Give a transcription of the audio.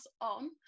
on